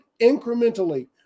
incrementally